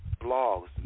blogs